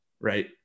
right